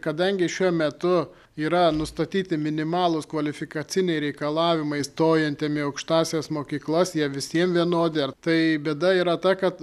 kadangi šiuo metu yra nustatyti minimalūs kvalifikaciniai reikalavimai stojantiem į aukštąsias mokyklas jie visiem vienodi ar tai bėda yra ta kad